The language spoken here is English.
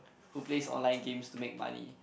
who plays online games to make money